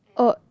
oh